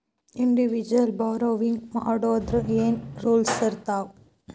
Individual borrowing ಮಾಡೊದಾದ್ರ ಏನ್ ರೂಲ್ಸಿರ್ತಾವ?